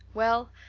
well,